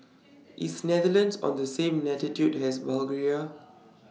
IS Netherlands on The same latitude as Bulgaria